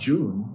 June